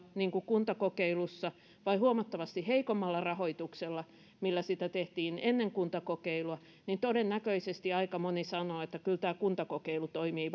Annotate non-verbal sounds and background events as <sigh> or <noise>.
kuntakokeilussa vai huomattavasti heikommalla rahoituksella millä sitä tehtiin ennen kuntakokeilua niin todennäköisesti aika moni sanoo että kyllä tämä kuntakokeilu toimii <unintelligible>